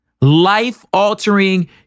life-altering